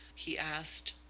he asked.